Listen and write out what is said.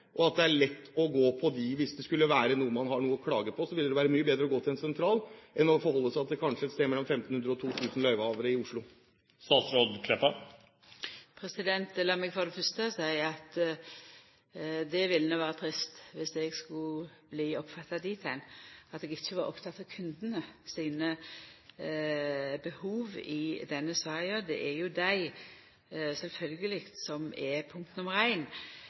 og at det er lett å gå på dem. Hvis det skulle være noe å klage på, ville det være mye bedre å gå til en sentral enn å forholde seg til kanskje et sted mellom 1 500 og 2 000 løyvehavere i Oslo. Lat meg for det fyrste seia at det ville vera trist om eg skulle bli oppfatta slik at eg ikkje var oppteken av kundane sine behov i denne saka. Det er jo sjølvsagt dei som er punkt nummer